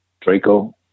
Draco